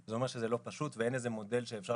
זה אומר שזה לא פשוט ואין איזה מודל שאפשר